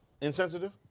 insensitive